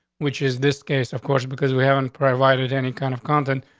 which is this case, of course, because we haven't provided any kind of content.